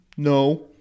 No